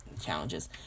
challenges